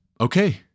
okay